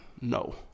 No